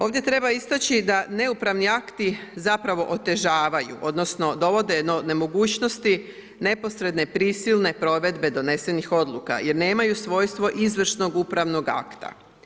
Ovdje treba istaći da neupravni akti zapravo otežavaju odnosno dovode do nemogućnosti neposredne, prisilne provedbe donesenih odluka jer nemaju svojstvo izvršnog upravnog akta.